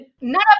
none